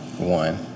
One